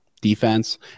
defense